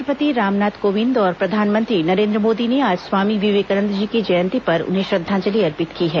राष्ट्रपति रामनाथ कोविन्द और प्रधानमंत्री नरेन्द्र मोदी ने आज स्वामी विवेकानंद की जयंती पर उन्हें श्रद्वांजलि अर्पित की है